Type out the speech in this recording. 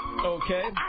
Okay